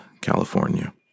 California